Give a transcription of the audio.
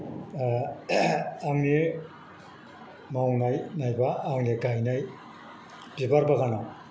आंनि मावनाय नायबा आंनि गायनाय बिबार बागाना